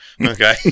Okay